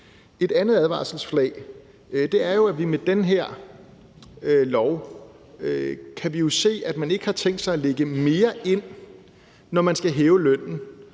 Et andet advarselsflag er, at vi med den her lov jo kan se, at man ikke har tænkt sig at lægge mere ind, når man skal hæve lønnen